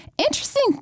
interesting